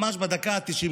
ממש בדקה ה-90,